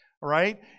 right